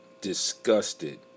disgusted